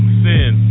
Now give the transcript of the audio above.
sin